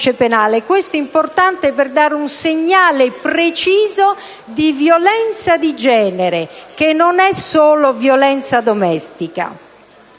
Ciò è importante per dare un segnale preciso in termini di violenza di genere, che non è solo violenza domestica.